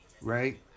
right